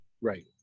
Right